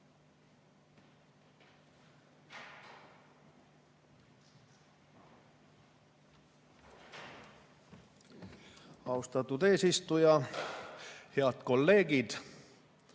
Austatud eesistuja! Head kolleegid!